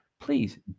please